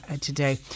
today